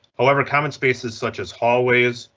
however, common spaces such as hallways,